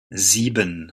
sieben